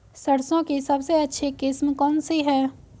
सरसों की सबसे अच्छी किस्म कौन सी है?